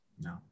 No